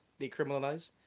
Decriminalize